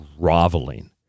groveling